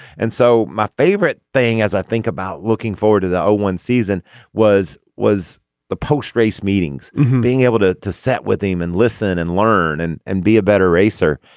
and so my favorite thing as i think about looking forward to the zero one season was was the post race meetings being able to to set with him and listen and learn and and be a better racer.